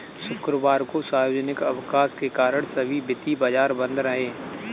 शुक्रवार को सार्वजनिक अवकाश के कारण सभी वित्तीय बाजार बंद रहे